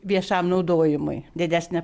viešam naudojimui didesnė